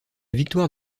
victoire